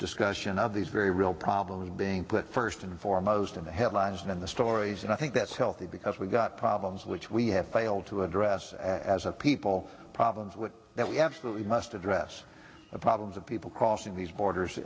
discussion of these very real problems being put first and foremost in the headlines and in the stories and i think that's healthy because we've got problems which we have failed to address as a people problems with that we absolutely must address the problems of people crossing these borders